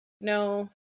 no